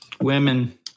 Women